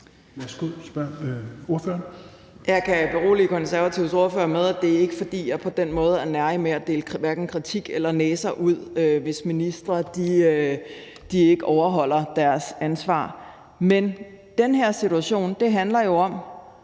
Jeg kan berolige Konservatives ordfører med, at det ikke er, fordi jeg på den måde er nærig med at dele hverken kritik eller næser ud, hvis ministre ikke lever op til deres ansvar. Men den her situation handler jo om,